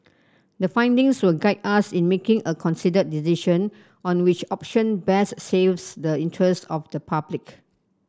the findings will guide us in making a considered decision on which option best saves the interests of the public